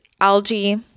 algae